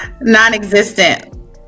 non-existent